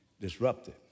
disrupted